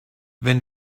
wenn